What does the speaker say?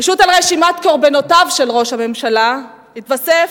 פשוט על רשימת קורבנותיו של ראש הממשלה התווסף,